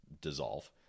dissolve